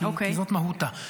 כי זאת מהותה.